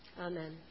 Amen